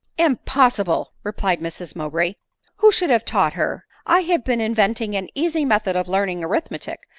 impossible! replied mrs mowbray who should have taught her? i have been inventing an easy method of learning arithmetic,